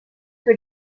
que